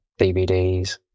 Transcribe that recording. DVDs